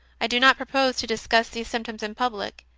i do not propose to dis cuss these symptoms in public,